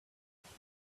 batty